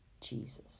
Jesus